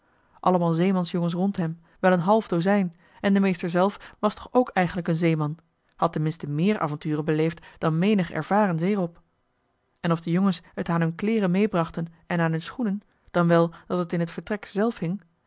altemaal zeemansjongens rond hem wel een half dozijn en de meester zelf was toch ook eigenlijk een zeeman had ten minste meer avonturen beleefd dan menig ervaren zeerob en of de jongens het aan hun kleeren meebrachten en aan hun schoenen dan wel dat het in het vertrek zelf hing